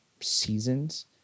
seasons